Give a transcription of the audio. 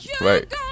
Right